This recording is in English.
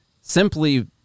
Simply